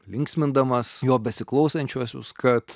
linksmindamas jo besiklausančiuosius kad